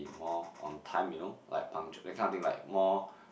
more on time you know like punctual that kind of thing like more